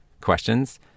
questions